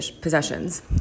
possessions